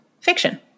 fiction